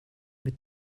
mit